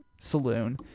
Saloon